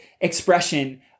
expression